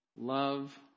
love